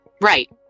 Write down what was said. Right